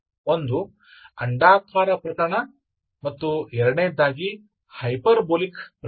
ಒಂದು ಅಂಡಾಕಾರದ ಪ್ರಕರಣ ಮತ್ತು ಎರಡನೇಯದ್ದಾಗಿ ಹೈಪರ್ಬೋಲಿಕ್ ಪ್ರಕರಣ